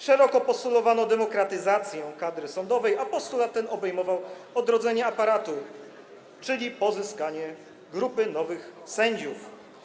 Szeroko postulowano demokratyzację kadry sądowej, a postulat ten obejmował odrodzenie aparatu, czyli pozyskanie grupy nowych sędziów.